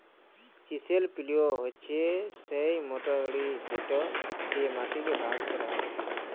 chisel পিলও হছে সেই মটর গাড়ি যেট দিঁয়ে মাটিকে ভাগ ক্যরা হ্যয়